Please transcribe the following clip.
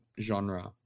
genre